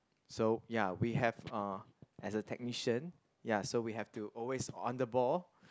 so ya we have uh as a technician ya so we have to always on the ball